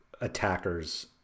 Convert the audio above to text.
Attackers